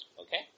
okay